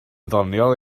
ddoniol